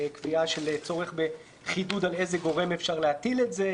קביעה של צורך בחידוד על איזה גורם אפשר להטיל את זה,